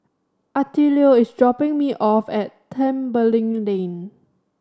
attilio is dropping me off at Tembeling Lane